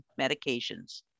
medications